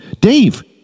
Dave